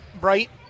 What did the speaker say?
Bright